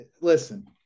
listen